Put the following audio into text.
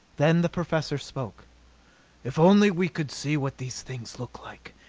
then the professor spoke if only we could see what these things look like!